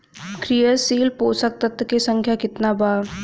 क्रियाशील पोषक तत्व के संख्या कितना बा?